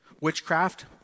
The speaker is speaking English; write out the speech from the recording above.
witchcraft